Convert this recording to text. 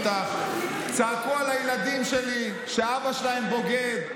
צעקו על הילדים שלי שאבא שלהם בוגד.